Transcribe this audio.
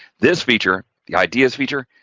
this feature, the ideas feature,